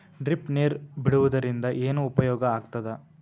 Drip ನೇರ್ ಬಿಡುವುದರಿಂದ ಏನು ಉಪಯೋಗ ಆಗ್ತದ?